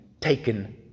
taken